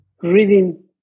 reading